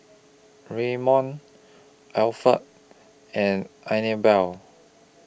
Ramon Alferd and Anibal